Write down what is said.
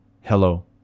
hello